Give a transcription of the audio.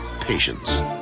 patience